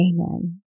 Amen